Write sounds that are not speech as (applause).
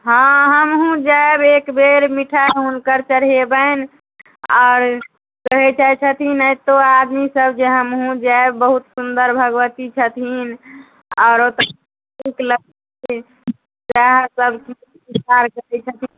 हँ हमहुँ जायब एक बेर मिठाइ हुनकर चढ़ेबनि आओर कहय जाइ छथिन एतहु आदमी सब जे हमहुँ जायब बहुत सुन्दर भगवती छथिन आओर ओतऽ (unintelligible) वएह सब करय छथिन